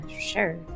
Sure